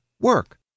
work